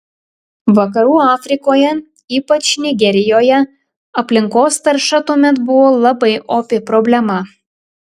vakarų afrikoje ypač nigerijoje aplinkos tarša tuomet buvo labai opi problema